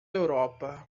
europa